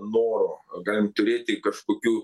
norų galim turėti kažkokių